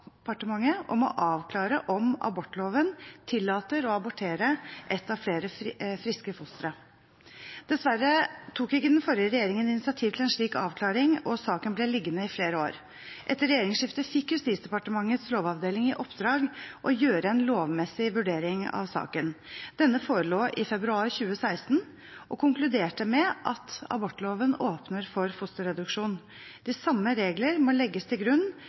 om å avklare om abortloven tillater å abortere ett av flere friske fostre. Dessverre tok ikke den forrige regjeringen initiativ til en slik avklaring, og saken ble liggende i flere år. Etter regjeringsskiftet fikk Justisdepartementets lovavdeling i oppdrag å gjøre en lovmessig vurdering av saken. Denne forelå i februar 2016 og konkluderte med at abortloven åpner for fosterreduksjon. De samme regler må legges til grunn